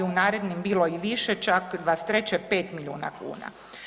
narednim bilo i više, čak '23. 5 milijuna kuna.